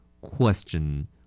Question